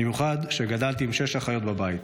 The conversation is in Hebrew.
במיוחד כשגדלתי עם שש אחיות בבית.